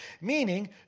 Meaning